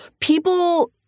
People